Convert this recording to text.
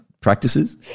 practices